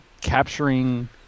capturing